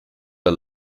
der